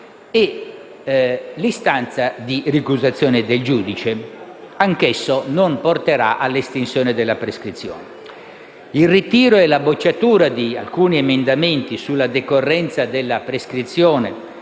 l'istanza di ricusazione del giudice porterà all'estinzione della prescrizione. Il ritiro e la bocciatura di alcuni emendamenti sulla decorrenza della prescrizione